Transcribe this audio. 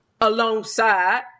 alongside